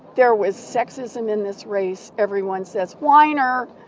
there was sexism in this race, everyone says, whiner.